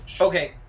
Okay